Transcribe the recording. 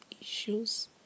Issues